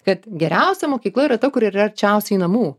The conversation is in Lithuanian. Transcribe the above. kad geriausia mokykla yra ta kuri yra arčiausiai namų